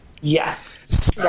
Yes